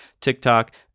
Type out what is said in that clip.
TikTok